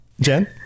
Jen